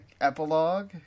epilogue